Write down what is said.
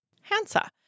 Hansa